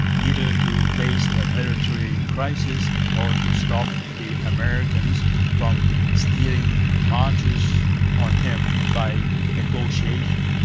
either to face a military crisis or to stop the americans from stealing marches on him by negotiation.